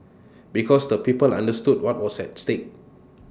because the people understood what was at stake